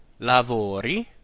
lavori